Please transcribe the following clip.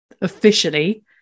officially